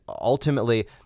ultimately